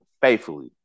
faithfully